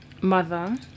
mother